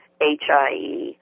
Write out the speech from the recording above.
HIE